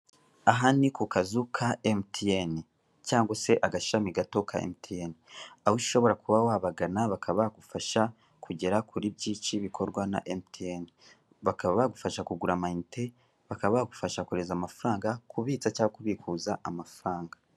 Aha ni ku kazu ka MTN, cyangwa se agashami gato ka MTN, aho ushobora kuba wabagana bakaba nagufasha kugera kuri byinshi bikorwa na MTN. Bakaba nagufasha kugura amayinite, kohereza amafaranga, kubitsa cyangwa kubikuza amafaranga.